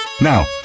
now